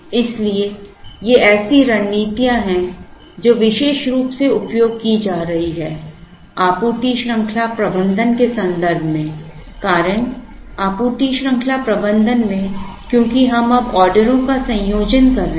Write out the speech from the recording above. इसलिए ये ऐसी रणनीतियां हैं जो विशेष रूप से उपयोग की जा रही हैं आपूर्ति श्रृंखला प्रबंधन के संदर्भ में कारण आपूर्ति श्रृंखला प्रबंधन में क्योंकि हम अब ऑर्डरों का संयोजन कर रहे हैं